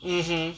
mmhmm